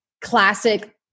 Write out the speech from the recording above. classic